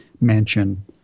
mansion